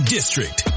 District